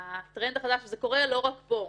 הטרנד החדש הזה קורה לא רק פה.